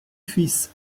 fils